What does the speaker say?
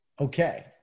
Okay